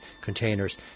containers